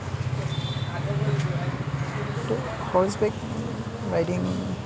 horseback riding